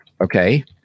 Okay